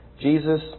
Jesus